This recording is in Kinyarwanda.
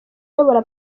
uyobora